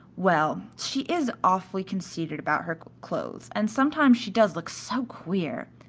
well, she is awfully conceited about her clothes, and sometimes she does look so queer.